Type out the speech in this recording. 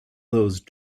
those